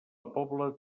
pobla